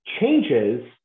changes